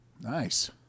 Nice